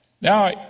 now